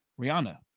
Rihanna